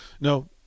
no